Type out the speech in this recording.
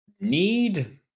need